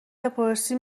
بپرسی